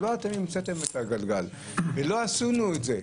לא עשינו את זה.